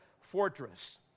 fortress